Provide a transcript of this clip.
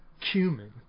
cumin